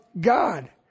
God